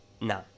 No